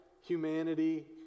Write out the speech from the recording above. humanity